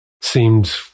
seemed